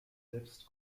selbst